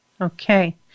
Okay